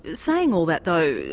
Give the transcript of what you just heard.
saying all that though,